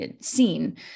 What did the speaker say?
seen